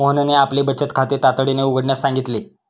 मोहनने आपले बचत खाते तातडीने उघडण्यास सांगितले